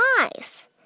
eyes